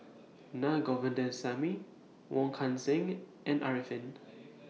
Naa Govindasamy Wong Kan Seng and Arifin